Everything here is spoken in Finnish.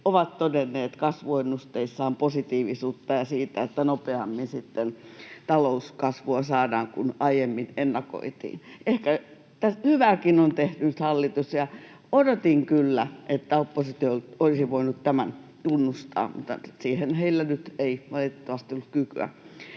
ovat todenneet kasvuennusteissaan positiivisuutta siitä, että talouskasvua saadaan nopeammin kuin aiemmin ennakoitiin. Hallitus on tehnyt ehkä hyvääkin, ja odotin kyllä, että oppositio olisi voinut tämän tunnustaa, mutta siihen heillä ei nyt valitettavasti ollut kykyä.